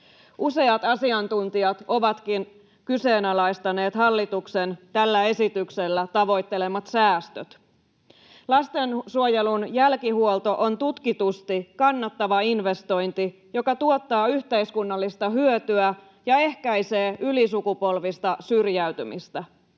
Useat asiantuntijat ovatkin kyseenalaistaneet hallituksen tällä esityksellä tavoittelemat säästöt. Lastensuojelun jälkihuolto on tutkitusti kannattava investointi, joka tuottaa yhteiskunnallista hyötyä ja ehkäisee ylisukupolvista syrjäytymistä.